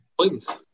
Please